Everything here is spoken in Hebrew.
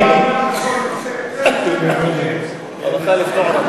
אתה חייב לדבר.